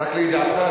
רק לידיעתך,